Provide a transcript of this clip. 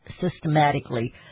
systematically